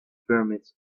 pyramids